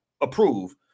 approve